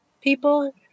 people